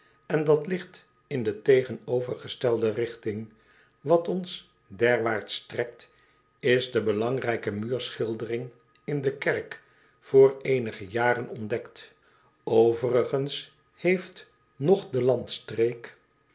en dat ligt in de tegenovergestelde rigting wat ons derwaarts trekt is de belangrijke muurschildering in de kerk voor eenige jaren ontdekt overigens heeft noch de